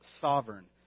sovereign